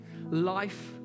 Life